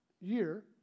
year